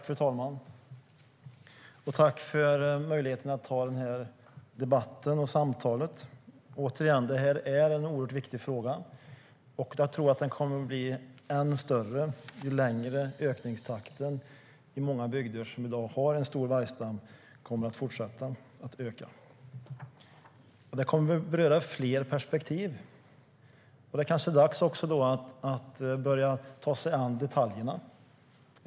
Fru talman! Jag tackar för möjligheten att ha den här debatten och det här samtalet. Återigen: Det här är en oerhört viktig fråga, och jag tror att den kommer att bli ännu större ju längre ökningstakten fortsätter i många bygder som har en stor vargstam i dag. Vi kommer att behöva fler perspektiv. Det är kanske dags att börja ta sig an detaljerna.